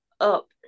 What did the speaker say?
up